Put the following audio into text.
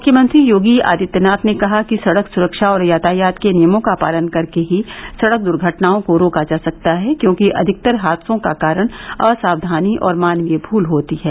मुख्यमंत्री योगी आदित्यनाथ ने कहा कि सड़क सुरक्षा और यातायात के नियमों का पालन करके ही सड़क दुर्घटनाओं को रोका जा सकता है क्योंकि अधिकतर हादसों का कारण असाक्षानी और मानवीय भूल होती है